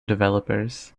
developers